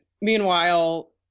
Meanwhile